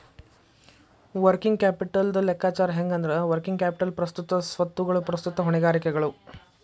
working ಕ್ಯಾಪಿಟಲ್ದ್ ಲೆಕ್ಕಾಚಾರ ಹೆಂಗಂದ್ರ, ವರ್ಕಿಂಗ್ ಕ್ಯಾಪಿಟಲ್ ಪ್ರಸ್ತುತ ಸ್ವತ್ತುಗಳು ಪ್ರಸ್ತುತ ಹೊಣೆಗಾರಿಕೆಗಳು